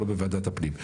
אנחנו לא בוועדת הפנים.